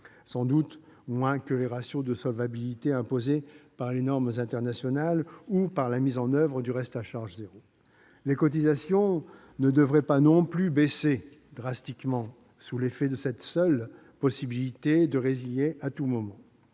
sans doute, que par les ratios de solvabilité imposés par les normes internationales ou par la mise en oeuvre du reste à charge zéro. Les cotisations ne devraient pas non plus baisser drastiquement sous l'effet de cette seule possibilité de résilier à tout moment.